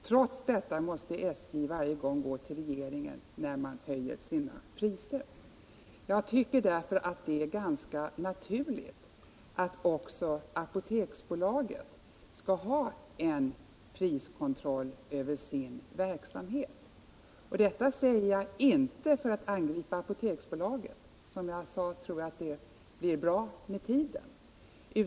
Trots detta måste SJ varje gång gå till regeringen när man höjer sina priser. Jag tycker därför det är ganska naturligt att också Apoteksbolaget skall ha en priskontroll över sin verksamhet. Detta säger jag inte för att angripa Apoteksbolaget. Som jag sade tror jag det blir bra med tiden.